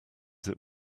that